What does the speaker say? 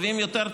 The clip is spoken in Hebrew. טובים יותר,